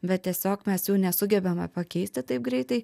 bet tiesiog mes jų nesugebame pakeisti taip greitai